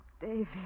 David